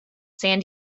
san